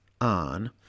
on